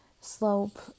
slope